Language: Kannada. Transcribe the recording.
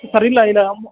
ಸರ್ ಇಲ್ಲ ಇಲ್ಲ